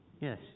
Yes